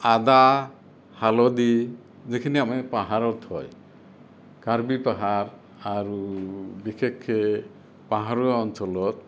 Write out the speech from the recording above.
আদা হালধি যিখিনি আমাৰ পাহাৰত হয় কাৰ্বি পাহাৰ আৰু বিশেষকে পাহাৰৰ অঞ্চলত